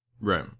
right